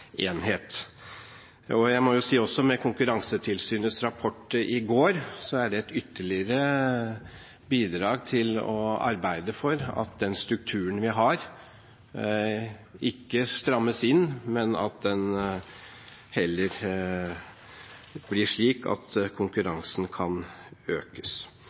Jeg må også si at med Konkurransetilsynets rapport i går er det et ytterligere bidrag til å arbeide for at den strukturen vi har, ikke strammes inn, men at den heller blir slik at konkurransen kan økes.